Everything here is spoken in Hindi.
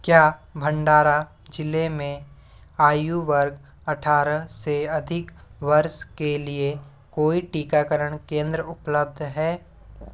क्या भंडारा ज़िले में आयु वर्ग अट्ठारह से अधिक वर्ष के लिए कोई टीकाकरण केंद्र उपलब्ध हैं